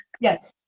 Yes